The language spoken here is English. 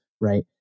right